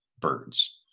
birds